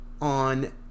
on